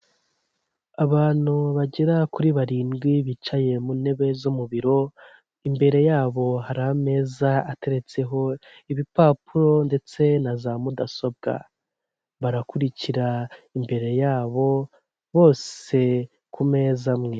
Abantu bagera kuri barindwi bicaye mu ntebe zo mu biro, imbere yabo hari ameza ateretseho ibipapuro ndetse na za mudasobwa, barakurikira imbere yabo bose ku meza amwe.